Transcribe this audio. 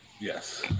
Yes